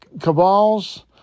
Cabals